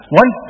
one